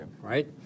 right